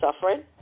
suffering